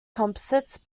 composites